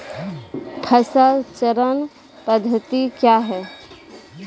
फसल चक्रण पद्धति क्या हैं?